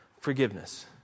Forgiveness